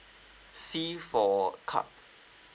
C for card